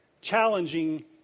challenging